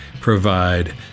provide